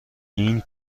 این